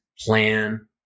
plan